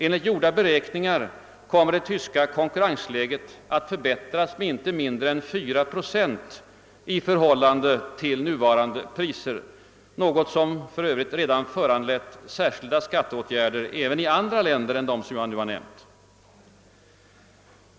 Enligt gjorda beräkningar kommer det tyska konkurrensläget att förbättras med icke mindre än 4 procent i förhållande till nuvarande priser, något som för övrigt redan föranlett särskilda skatteåtgärder även i andra länder än de nu nämnda.